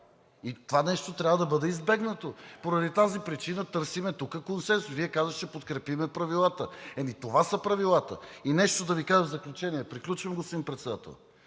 Това нещо трябва да бъде избегнато! Поради тази причина търсим тук консенсус. Вие казвате: ще подкрепим правилата – ами това са правилата. Нещо да Ви кажа в заключение. (Председателят